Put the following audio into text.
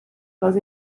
les